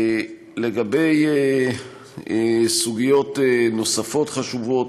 לגבי סוגיות נוספות חשובות,